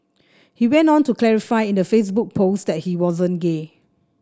he went on to clarify in the Facebook post that he wasn't gay